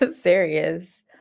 Serious